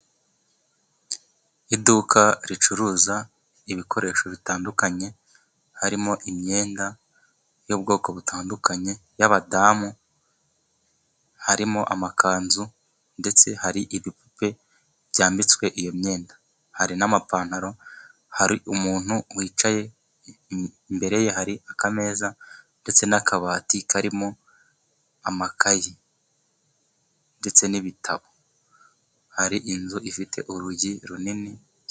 Iduka ricuruza ibikoresho bitandukanye, harimo imyenda y'ubwoko butandukanye y'abadamu, harimo amakanzu, ndetse hari ibipupe byambitswe iyo myenda, hari n'amapantaro hari umuntu wicaye imbere ye, hari akameza ndetse n'akabati karimo amakayi ndetse n'ibitabo, hari inzu ifite urugi runini.